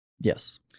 Yes